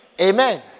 Amen